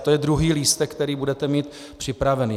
To je druhý lístek, který budete mít připravený.